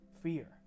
fear